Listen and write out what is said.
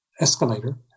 escalator